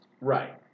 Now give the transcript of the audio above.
Right